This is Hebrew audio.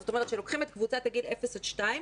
זאת אומרת שלוקחים את קבוצת הגיל 0 2,